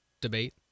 debate